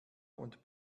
und